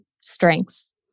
strengths